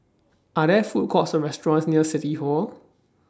Are There Food Courts Or restaurants near City Hall